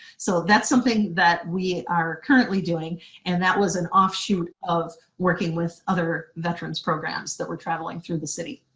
so that's something that we are currently doing and that was an offshoot of working with other veterans programs that were traveling through the city.